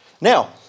Now